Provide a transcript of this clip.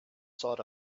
sort